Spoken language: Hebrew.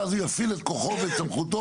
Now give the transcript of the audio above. ואז הוא יפעיל את כוחו ואת סמכותו.